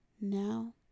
Now